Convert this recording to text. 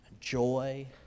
joy